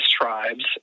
tribes